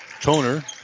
Toner